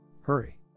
Hurry